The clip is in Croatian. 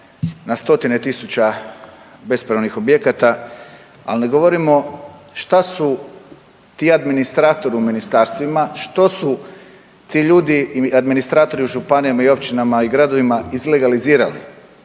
na stotine tisuća bespravnih objekata, ali ne govorimo šta su ti administratori u ministarstvima, što su ti ljudi administratori u županijama, općinama i gradovima izlegalizirali.